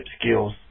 skills